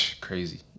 Crazy